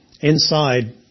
inside